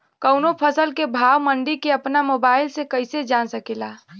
कवनो फसल के भाव मंडी के अपना मोबाइल से कइसे जान सकीला?